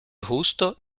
густо